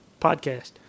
Podcast